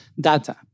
data